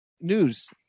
News